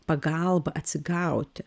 pagalbą atsigauti